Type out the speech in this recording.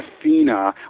Athena